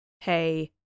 hey